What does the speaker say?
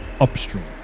upstream